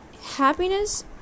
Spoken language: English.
happiness